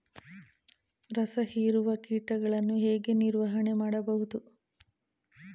ರಸ ಹೀರುವ ಕೀಟಗಳನ್ನು ಹೇಗೆ ನಿರ್ವಹಣೆ ಮಾಡಬಹುದು?